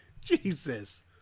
Jesus